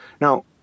Now